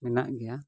ᱢᱮᱱᱟᱜ ᱜᱮᱭᱟ